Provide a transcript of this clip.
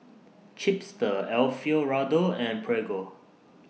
Chipster Alfio Raldo and Prego